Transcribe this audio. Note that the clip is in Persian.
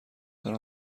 دارم